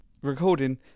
Recording